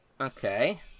okay